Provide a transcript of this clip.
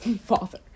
father